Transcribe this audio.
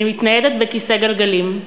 אני מתניידת בכיסא גלגלים.